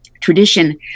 tradition